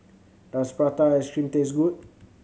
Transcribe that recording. does prata ice cream taste good